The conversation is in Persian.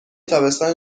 تابستان